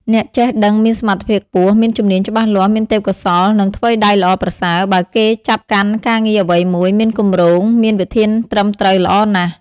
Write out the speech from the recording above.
អ្នកចេះដឹងមានសមត្ថភាពខ្ពស់ មានជំនាញច្បាស់លាស់ មានទេពកោសល្យ និងថ្វីដៃល្អប្រសើរ បើគេចាប់កាន់ការងារអ្វីមួយ មានគម្រោង មានវិធានត្រឹមត្រូវល្អណាស់ ។